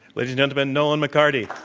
ladies and gentlemen, nolan mccarty.